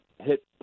Hit